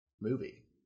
movie